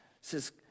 says